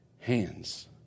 hands